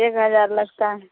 ایک ہزار لگتا ہے